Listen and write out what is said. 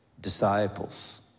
disciples